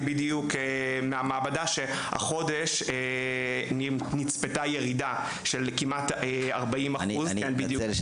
מהמעבדה שהחודש נצפתה ירידה של 40%. אני מתנצל,